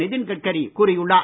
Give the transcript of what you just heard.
நிதின் கட்கரி கூறியுள்ளார்